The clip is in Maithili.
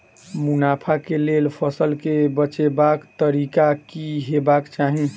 मुनाफा केँ लेल फसल केँ बेचबाक तरीका की हेबाक चाहि?